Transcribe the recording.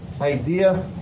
idea